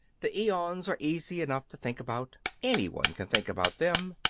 the aeons are easy enough to think about, any one can think about them.